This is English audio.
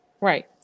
right